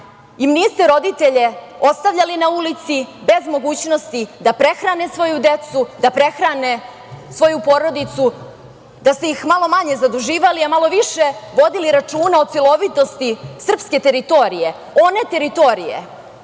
im niste roditelje ostavljali na ulici bez mogućnosti da prehrane svoju decu, da prehrane svoju porodicu, da ste ih malo manje zaduživali, a malo više vodili računa o celovitosti srpske teritorije, one teritorije